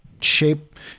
shape